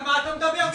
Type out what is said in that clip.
על מה אתה מדבר?